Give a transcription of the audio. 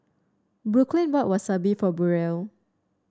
Brooklynn bought Wasabi for Burrel